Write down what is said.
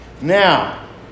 Now